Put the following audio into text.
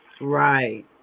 Right